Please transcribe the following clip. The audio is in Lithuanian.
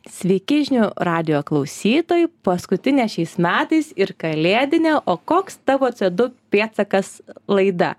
sveiki žinių radijo klausytojai paskutinė šiais metais ir kalėdinė o koks tavo co du pėdsakas laida